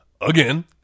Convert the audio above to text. Again